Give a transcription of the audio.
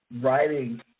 writing